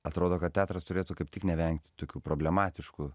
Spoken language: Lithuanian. atrodo kad teatras turėtų kaip tik nevengti tokių problematiškų